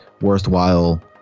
worthwhile